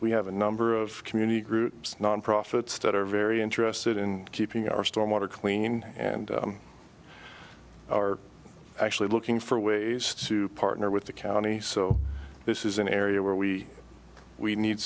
we have a number of community groups nonprofits that are very interested in keeping our stormwater clean and are actually looking for ways to partner with the county so this is an area where we we need